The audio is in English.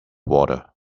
water